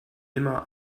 immer